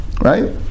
Right